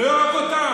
ולא רק אותם,